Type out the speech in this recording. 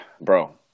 bro